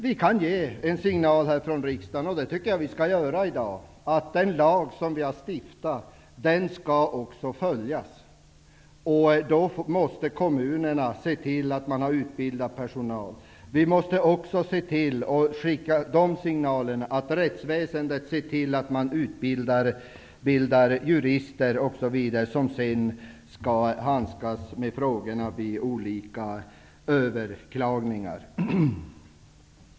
Riksdagen kan ge en signal -- och det tycker jag att vi skall göra i dag -- att den lag vi har stiftat också skall följas. Kommunerna måste se till att man har utbildad personal. Riksdagen måste skicka signaler, så att rättsväsendet ser till att man utbildar juristerna osv., dvs. de som sedan skall handskas med frågorna vid olika överklagningar.